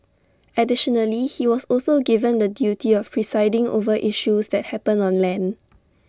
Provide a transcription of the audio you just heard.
additionally he was also given the duty of presiding over issues that happen on land